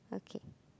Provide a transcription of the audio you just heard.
okay